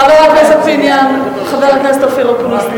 חבר הכנסת פיניאן, חבר הכנסת אופיר אקוניס,